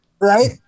Right